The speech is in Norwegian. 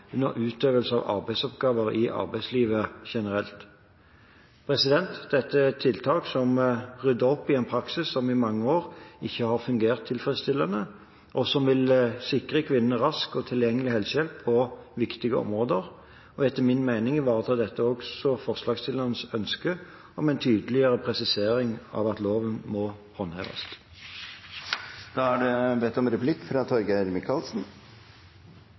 under utøvelse av arbeidsoppgaver i arbeidslivet generelt. Dette er tiltak som rydder opp i en praksis som i mange år ikke har fungert tilfredsstillende, og som vil sikre kvinnene rask og tilgjengelig helsehjelp på viktige områder. Etter min mening ivaretar dette også forslagsstillernes ønske om en tydeligere presisering av at loven må håndheves. Det